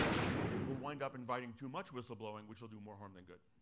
right, we'll wind up inviting too much whistleblowing, which will do more harm than good.